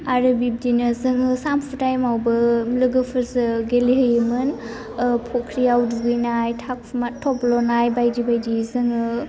आरो बिबदिनो जोङो सामफु थाइमआवबो लोगोफोरजों गेलेहैयोमोन फख्रियाव दुगैनाय थाखुमा थब्ल'नाय बायदि बायदि जोङो